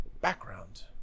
background